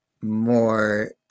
more